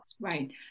Right